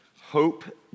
Hope